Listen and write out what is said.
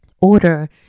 order